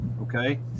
Okay